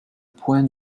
point